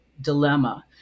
dilemma